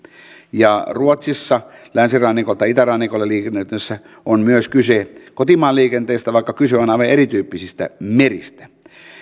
ruotsissa länsirannikolta itärannikolle liikennöitäessä on myös kyse kotimaan liikenteestä vaikka kyse on aivan erityyppisistä meristä